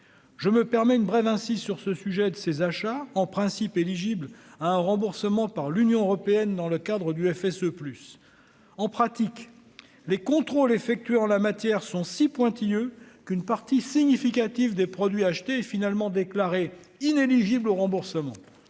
je me permets une brève ainsi sur ce sujet de ses achats en principe éligible à un remboursement par l'Union européenne dans le cadre du FSE plus en pratique, les contrôles effectués en la matière sont si pointilleux qu'une partie significative des produits achetés finalement déclaré inéligible au remboursement,